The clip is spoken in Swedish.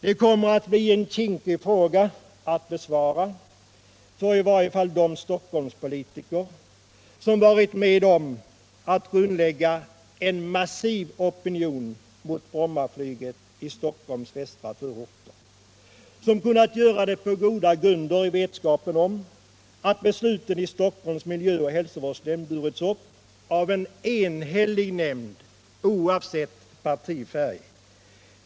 Det kommer att bli en kinkig fråga att besvara för i varje fall de Stockholmspolitiker som varit med om att grundlägga en massiv opinion mot Brommaflyget i Stockholms västra förorter och som kunnat göra det på goda grunder i vetskapen om att besluten i Stockholms miljöoch hälsovårdsnämnd burits upp av en enhällig nämnd, oavsett partifärg.